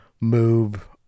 move